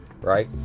right